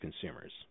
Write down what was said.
consumers